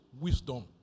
wisdom